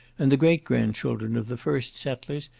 and the great grand-children of the first settlers,